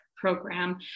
program